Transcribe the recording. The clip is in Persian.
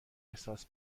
احساس